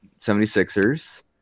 76ers